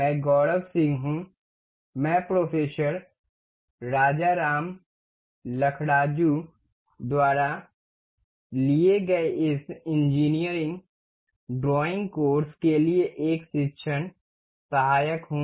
मैं गौरव सिंह हूं मैं प्रोफेसर राजाराम लखराजु द्वारा लिए गए इस इंजीनियरिंग ड्राइंग कोर्स के लिए एक शिक्षण सहायक हूं